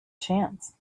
chance